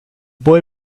boy